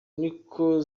niko